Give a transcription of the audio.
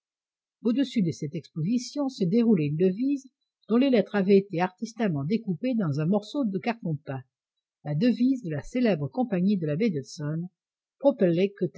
au-dessus de cette exposition se déroulait une devise dont les lettres avaient été artistement découpées dans un morceau de carton peint la devise de la célèbre compagnie de la baie